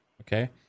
Okay